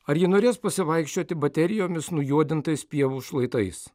ar ji norės pasivaikščioti baterijomis nujuodintais pievų šlaitais